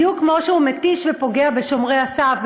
בדיוק כמו שהוא מתיש ופוגע בשומרי הסף,